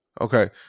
okay